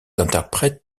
interprètes